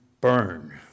burn